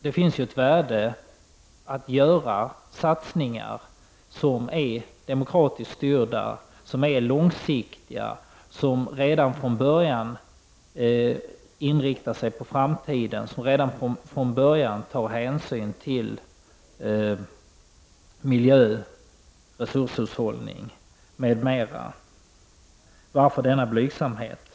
Det finns ju ett värde i att göra satsningar som är demokratiskt styrda, som är långsiktiga och där man redan från början inriktar sig på framtiden och tar hänsyn till miljöoch resurshushållning m.m. Varför denna blygsamhet?